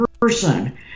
person